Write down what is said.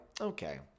okay